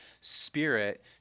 spirit